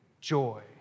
Joy